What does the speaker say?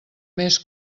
més